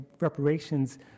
reparations